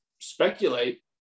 speculate